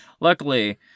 Luckily